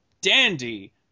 Dandy